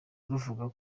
ruvuga